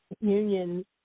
union